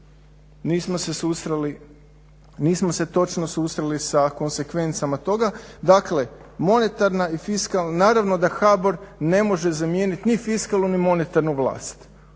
Nismo se točno susreli sa konsekvencama toga. Dakle monetarna i fiskalna, naravno da HBOR ne može zamijenit ni fiskalnu ni monetarnu vlast.